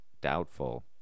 doubtful